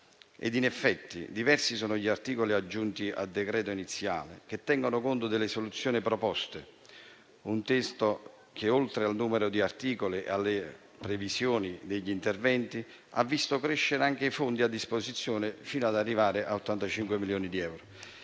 In effetti, diversi sono gli articoli aggiunti al testo iniziale del decreto-legge, che tengono conto delle soluzioni proposte; un testo che, oltre al numero di articoli e alle previsioni degli interventi, ha visto crescere anche i fondi a disposizione, fino ad arrivare a 85 milioni di euro.